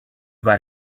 got